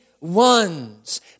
ones